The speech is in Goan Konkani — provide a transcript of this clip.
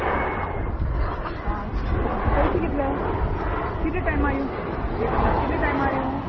आनी हय प पयशे कितले कितले टायमार येवं एक हजार कितले टायमार येवं